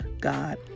God